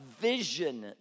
vision